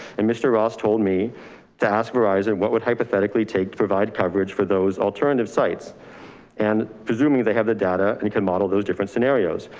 and mr. ross told me to ask verizon, what would hypothetically take to provide coverage for those alternative sites and presuming they have the data and you can model those different scenarios.